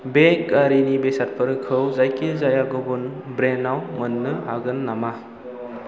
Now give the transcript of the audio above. बे गारिनि बेसादफोरखौ जायखिजाया गुबुन ब्रेन्डाव मोननो हागोन नामा